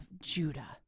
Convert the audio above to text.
Judah